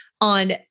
on